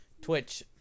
Twitch